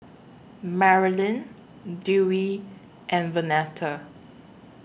Merilyn Dewey and Vernetta